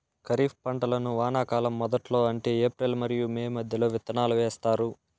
ఖరీఫ్ పంటలను వానాకాలం మొదట్లో అంటే ఏప్రిల్ మరియు మే మధ్యలో విత్తనాలు వేస్తారు